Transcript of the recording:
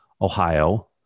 Ohio